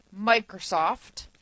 microsoft